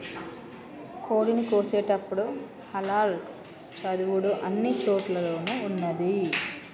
కోడిని కోసేటపుడు హలాల్ చదువుడు అన్ని చోటుల్లోనూ ఉన్నాది